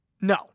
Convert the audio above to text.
No